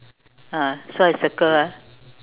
ah so I circle ah